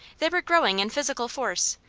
they were growing in physical force,